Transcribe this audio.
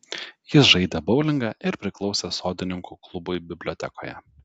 jis žaidė boulingą ir priklausė sodininkų klubui bibliotekoje